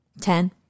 Ten